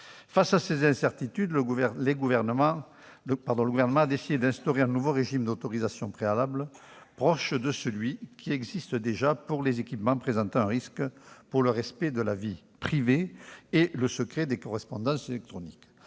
Face à ces incertitudes, le Gouvernement a décidé d'instaurer un nouveau régime d'autorisation préalable, proche de celui qui existe déjà pour les équipements présentant un risque pour le respect de la vie privée et le secret des correspondances électroniques.